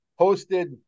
hosted